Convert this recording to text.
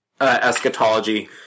eschatology